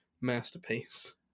masterpiece